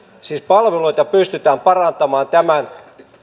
siis palveluita pystytään parantamaan tämän